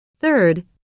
third